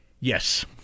Yes